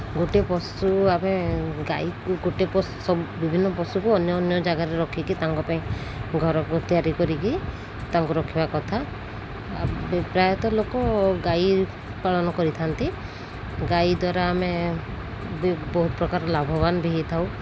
ଗୋଟେ ପଶୁ ଆମେ ଗାଈକୁ ଗୋଟେ ପଶୁ ସବୁ ବିଭିନ୍ନ ପଶୁକୁ ଅନ୍ୟ ଅନ୍ୟ ଜାଗାରେ ରଖିକି ତାଙ୍କ ପାଇଁ ଘରକୁ ତିଆରି କରିକି ତାଙ୍କୁ ରଖିବା କଥା ପ୍ରାୟତଃ ଲୋକ ଗାଈ ପାଳନ କରିଥାନ୍ତି ଗାଈ ଦ୍ୱାରା ଆମେ ବି ବହୁତ ପ୍ରକାର ଲାଭବାନ ବି ହୋଇଥାଉ